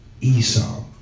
Esau